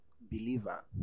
believer